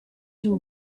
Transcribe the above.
too